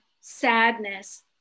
sadness